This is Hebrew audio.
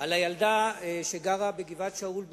על הילדה שגרה בגבעת-שאול בירושלים,